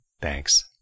Thanks